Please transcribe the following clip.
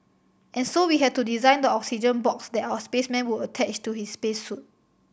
and so we had to design the oxygen box that our spaceman would attach to his space suit